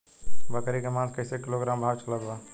बकरी के मांस कईसे किलोग्राम भाव चलत बा?